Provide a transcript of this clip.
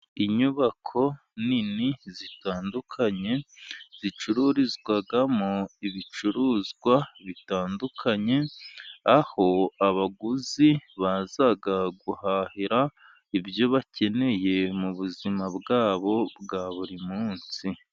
Inyubako nini zitandukanye, zicururizwamo ibicuruzwa bitandukanye, aho abaguzi baza kuhahahira ibyo bakeneye mu buzima bwabo bwa buri munsi.